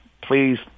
please